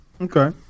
Okay